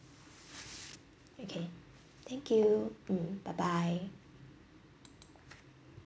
okay thank you bye bye